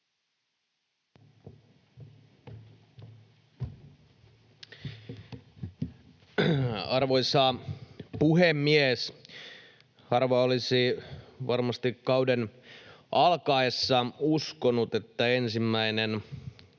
Arvoisa puhemies! Harva olisi varmasti kauden alkaessa uskonut, että ensimmäinen